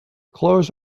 clothes